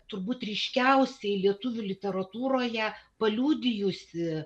turbūt ryškiausiai lietuvių literatūroje paliudijusi